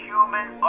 Human